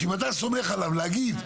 אם אתה סומך עליו להגיד,